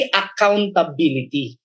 accountability